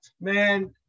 Man